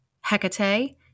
Hecate